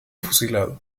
fusilado